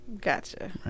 Gotcha